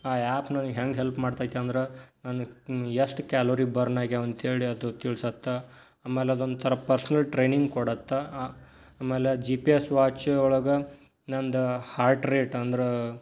ಆ ಯಾಪ್ ನನಗೆ ಹೆಂಗೆ ಹೆಲ್ಪ್ ಮಾಡ್ತೈತಿ ಅಂದ್ರೆ ನನಗೆ ಎಷ್ಟು ಕ್ಯಾಲೋರಿ ಬರ್ನ್ ಆಗ್ಯಾವೆ ಅಂತ ಹೇಳಿ ಅದು ತಿಳ್ಸತ್ತೆ ಆಮೇಲೆ ಅದೊಂಥರ ಪರ್ಸ್ನಲ್ ಟ್ರೈನಿಂಗ್ ಕೊಡತ್ತೆ ಆಮೇಲೆ ಜಿ ಪಿ ಎಸ್ ವಾಚ್ ಒಳಗೆ ನಂದು ಹಾರ್ಟ್ ರೇಟ್ ಅಂದ್ರೆ